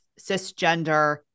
cisgender